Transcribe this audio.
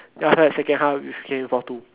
then after that second half became four two